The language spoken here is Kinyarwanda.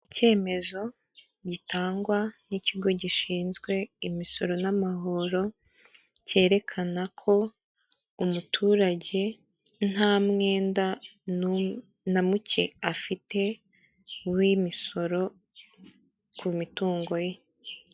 Icyemezo gitangwa n'ikigo gishinzwe imisoro n'amahoro cyerekana ko umuturage nta mwenda namuke afite w'imisoro ku mitungo ye.